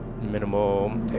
minimal